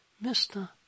Mister